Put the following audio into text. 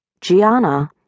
Gianna